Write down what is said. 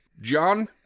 John